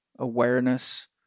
Awareness